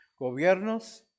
gobiernos